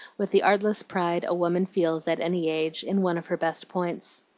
with the artless pride a woman feels, at any age, in one of her best points.